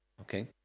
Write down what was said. Okay